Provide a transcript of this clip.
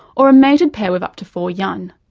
or a mated pair with up to four young,